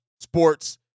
sports